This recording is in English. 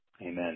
amen